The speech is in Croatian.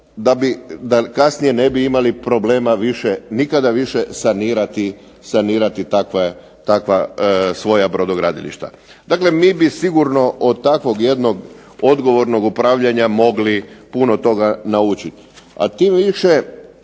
da kasnije ne bi imali problema više nikada sanirati takva svoja brodogradilišta. Dakle, mi bi sigurno od takvog jednog odgovornog upravljanja mogli puno toga naučiti.